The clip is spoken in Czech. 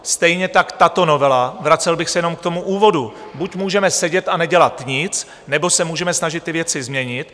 Stejně tak tato novela vracel bych se jenom k tomu úvodu buď můžeme sedět a nedělat nic, nebo se můžeme snažit ty věci změnit.